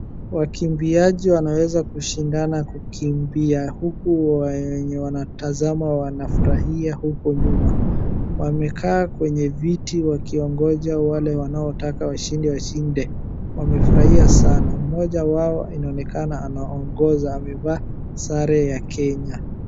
Wakiambiaji wanaweza kushindana kukimbia huku wenye wanatazama wanafurahia huko nyuma. Wame ekaa kwenye viti wakingoja wale wanaotaka washindi washinde, wamefurahia sana. Mmoja wao inonekana anaongoza, amevaa sare ya Kenya.